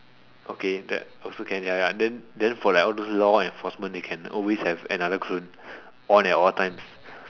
okay that also can ya ya then then for the all those law enforcement they can always have another clone on at all times